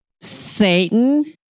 Satan